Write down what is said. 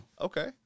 okay